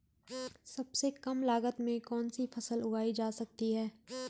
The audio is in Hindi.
सबसे कम लागत में कौन सी फसल उगाई जा सकती है